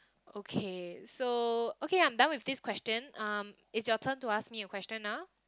okay so okay I'm done with this question um it's your turn to ask me a question ah